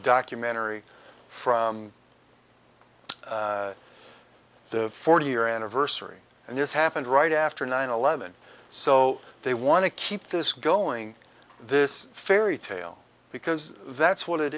documentary from the forty year anniversary and this happened right after nine eleven so they want to keep this going this fairy tale because that's what it